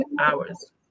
hours